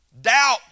doubt